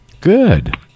Good